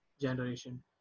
generation